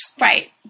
Right